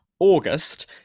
August